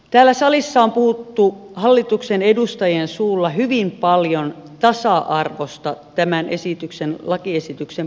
täällä salissa on puhuttu hallituksen edustajien suulla hyvin paljon tasa arvosta tämän lakiesityksen puitteissa